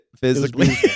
physically